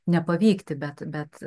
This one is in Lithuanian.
nepavykti bet bet